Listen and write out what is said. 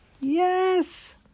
Yes